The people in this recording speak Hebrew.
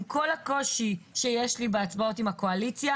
עם כל הקושי שיש לי בהצבעות עם הקואליציה,